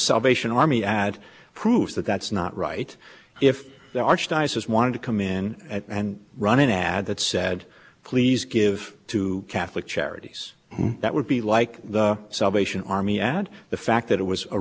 salvation army ad proves that that's not right if the archdiocese wanted to come in and run an ad that said please give to catholic charities that would be like the salvation army ad the fact that it was a